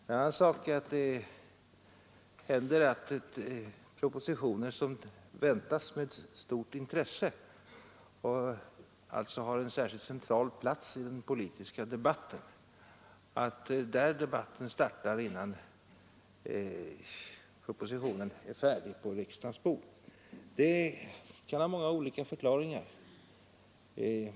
En annan sak är att det händer att debatten beträffande propositioner som väntas med stort intresse — alltså har en särskilt central plats i den politiska debatten — startar redan innan propositionen ligger färdig på riksdagens bord. Det kan ha många olika förklaringar.